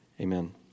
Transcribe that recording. Amen